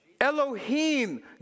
Elohim